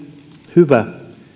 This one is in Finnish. hyvä että